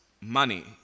money